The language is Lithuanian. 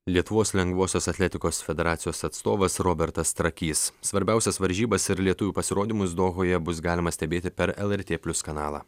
lietuvos lengvosios atletikos federacijos atstovas robertas trakys svarbiausias varžybas ir lietuvių pasirodymus dohoje bus galima stebėti per lrt plius kanalą